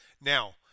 Now